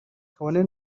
kabone